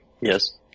yes